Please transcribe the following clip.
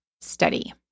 study